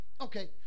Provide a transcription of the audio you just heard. Okay